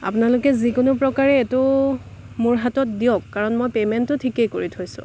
আপোনালোকে যিকোনো প্ৰকাৰে এইটো মোৰ হাতত দিয়ক কাৰণ মই পেমেণ্টটো ঠিকেই কৰি থৈছোঁ